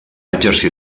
exercir